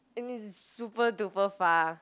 and it's super duper far